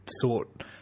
thought